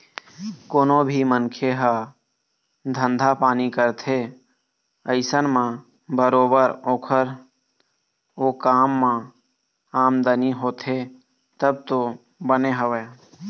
कोनो भी मनखे ह धंधा पानी करथे अइसन म बरोबर ओखर ओ काम म आमदनी होथे तब तो बने हवय